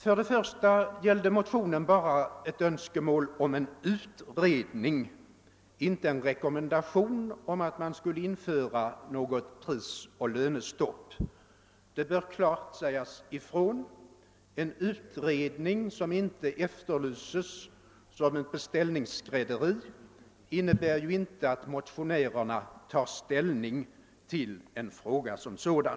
Först och främst gällde motionen bara ett önskemål om en utredning, inte en rekommendation om införande av ett prisoch lönestopp. Det bör klart sägas ifrån. Om motionärernas efterlysande av en utredning inte gäller ett rent beställningsskrädderi, innebär ju deras begäran i och för sig inte att de tar ställning till en viss fråga.